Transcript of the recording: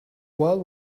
what